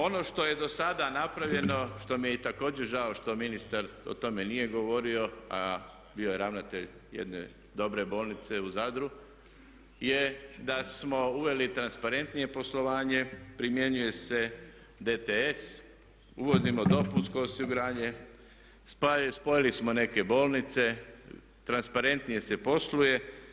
Ono što je dosada napravljeno, što mi je također žao što ministar o tome nije govorio a bio je ravnatelj jedne dobre bolnice u Zadru, je da smo uveli transparentnije poslovanje, primjenjuje se DTS, uvodimo dopunsko osiguranje, spojili smo neke bolnice, transparentnije se posluje.